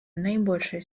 наибольшей